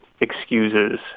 excuses